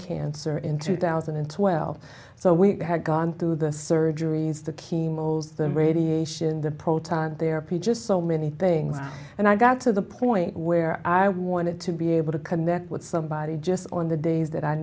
cancer in two thousand and twelve so we had gone through the surgeries the chemo holes the radiation the proton therapy just so many things and i got to the point where i wanted to be able to connect with somebody just on the days that i